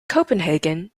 copenhagen